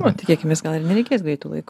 nu tikėkimės gal ir nereikės greitu laiku